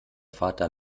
vater